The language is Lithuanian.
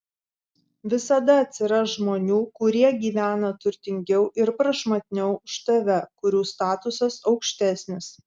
visada atsiras žmonių kurie gyvena turtingiau ir prašmatniau už tave kurių statusas aukštesnis